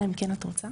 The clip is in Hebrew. אלא אם כן את רוצה